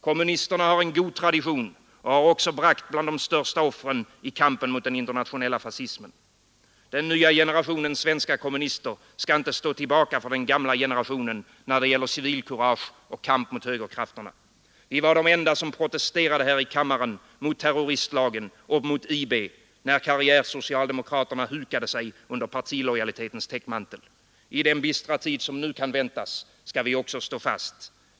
Kommunisterna har en god tradition och har också bragt de största offren i kampen mot fascismen. Den nya generationen svenska kommunister skall inte stå tillbaka för den gamla generationen när det gäller civilkurage och kamp mot högerkrafterna. Vi var de enda som protesterade här i kammaren mot terroristlagen och mot IB, när karriärsocialdemokraterna hukade sig under partilojalitetens täckmantel. I den bistra tid som nu kan väntas skall vi också stå fast.